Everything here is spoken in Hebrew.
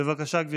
בבקשה, גברתי.